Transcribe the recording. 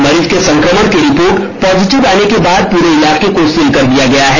मरीज के संक्रमण की रिपोर्ट पॉजिटिव आने के बाद पूरे इलाके को सील कर दिया गया है